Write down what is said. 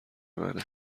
منه